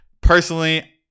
Personally